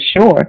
sure